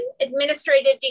Administrative